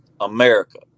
America